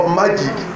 magic